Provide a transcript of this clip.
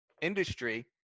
industry